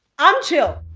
i'm chill.